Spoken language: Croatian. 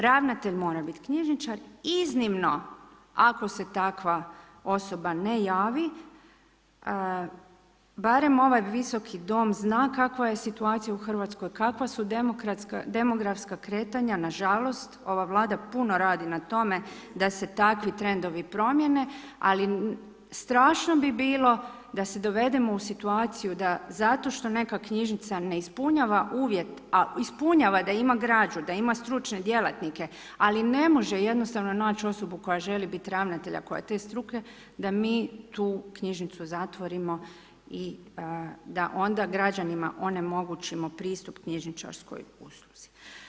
Ravnatelj mora biti knjižničar, iznimno ako se takva osoba ne javi, barem ovaj Visoki dom zna kakva je situacija u Hrvatskoj, kakva su demografska kretanja, nažalost, ova Vlada puno radi na tome da se takvi trendovi promijene, ali strašno bi bilo da se dovedemo u situaciju da zato što neka knjižnica ne ispunjava uvjet, a ispunjava da ima građu, da ima stručne djelatnike, ali ne može jednostavno naći osobu koji želi biti ravnatelj, a koja je te struke, da mi tu knjižnicu zatvorimo i da onda građanima onemogućimo pristup knjižničarskoj usluzi.